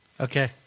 Okay